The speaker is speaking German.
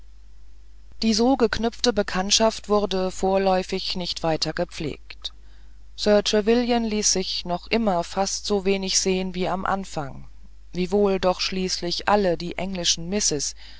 die so geknüpfte bekanntschaft wurde vorläufig nicht weiter gepflegt sir trevelyan ließ sich noch immer fast so wenig sehen wie im anfange wiewohl doch schließlich alle die englischen misses